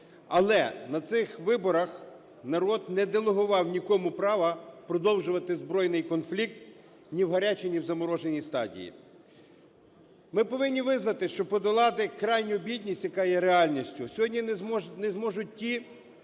Але на цих виборах народ не делегував нікому права продовжувати збройний конфлікт ні в гарячій, ні в замороженій стадії. Ми повинні визнати, що подолати крайню бідність, яка є реальністю, сьогодні не зможуть ті,